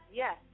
yes